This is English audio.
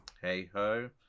hey-ho